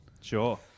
Sure